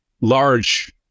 large